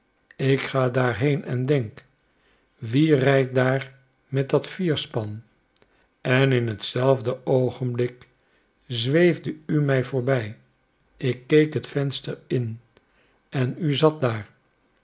ik ga daar heen en denk wie rijdt daar met dat vierspan en in het zelfde oogenblik zweefde u mij voorbij ik keek het venster in en u zat daar